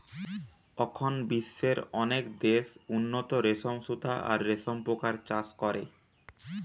অখন বিশ্বের অনেক দেশ উন্নত রেশম সুতা আর রেশম পোকার চাষ করে